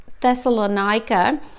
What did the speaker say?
thessalonica